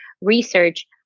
research